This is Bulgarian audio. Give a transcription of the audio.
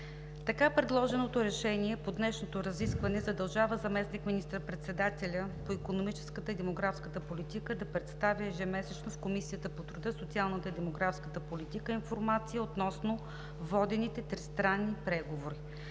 Така предложеното решение по днешното разискване задължава заместник министър-председателя по икономическата и демографска политика да представя ежемесечно в Комисията по труда, социалната и демографската политика информация относно водените тристранни преговори.